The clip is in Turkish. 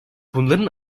bunların